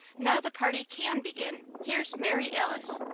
now the party can begin here's mary alice!